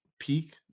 peak